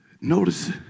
Notice